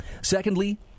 Secondly